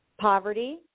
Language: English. poverty